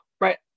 right